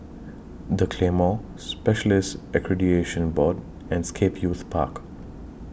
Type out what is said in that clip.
The Claymore Specialists Accreditation Board and Scape Youth Park